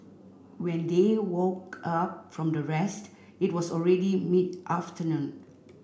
when they woke up from their rest it was already mid afternoon